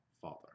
father